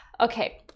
okay